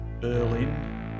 Berlin